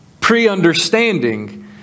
pre-understanding